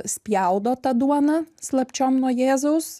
spjaudo tą duoną slapčiom nuo jėzaus